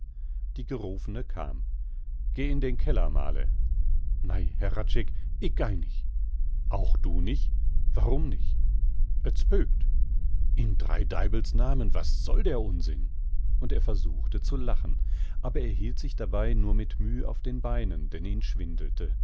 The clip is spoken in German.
die gerufene kam geh in den keller male nei herr hradscheck ick geih nich auch du nich warum nich et spökt ins dreideibels namen was soll der unsinn und er versuchte zu lachen aber er hielt sich dabei nur mit müh auf den beinen denn ihn schwindelte